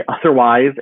otherwise